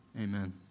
Amen